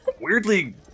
weirdly